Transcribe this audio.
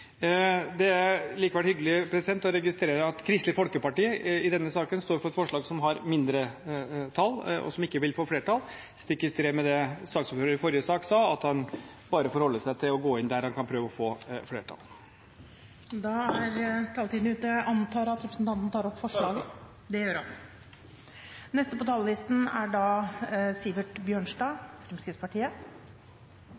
Det er likevel hyggelig å registrere at bl.a. Kristelig Folkeparti i denne saken står bak et forslag som har støtte fra et mindretall, og som ikke vil få flertall, stikk i strid med det saksordføreren i forrige sak sa, at han bare forholder seg til å gå inn der han kan prøve å få flertall. Da er taletiden ute. Jeg antar at representanten vil ta opp forslagene fra Arbeiderpartiet? Ja, det vil jeg. Da